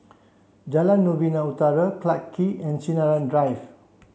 Jalan Novena Utara Clarke and Sinaran Drive